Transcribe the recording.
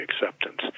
acceptance